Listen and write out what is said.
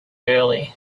early